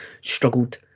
struggled